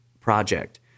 project